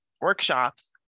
workshops